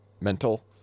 mental